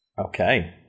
okay